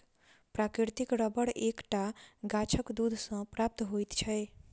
प्राकृतिक रबर एक टा गाछक दूध सॅ प्राप्त होइत छै